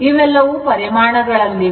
ಇವೆಲ್ಲವೂ ಪರಿಮಾಣ ಗಳಲ್ಲಿವೆ